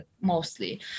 mostly